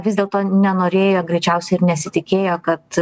vis dėlto nenorėjo greičiausiai ir nesitikėjo kad